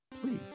please